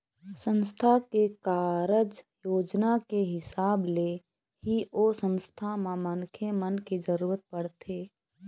संस्था के कारज योजना के हिसाब ले ही ओ संस्था म मनखे मन के जरुरत पड़थे